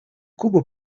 куба